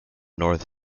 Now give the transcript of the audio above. north